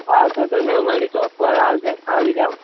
હતો તમે અમારી સોપ પર આવજો આવી જાઓ